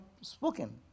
spoken